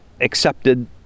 accepted